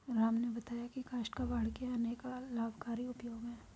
राम ने बताया की काष्ठ कबाड़ के अनेक लाभकारी उपयोग हैं